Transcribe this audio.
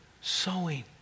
Sowing